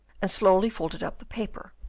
and slowly folded up the paper,